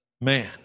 man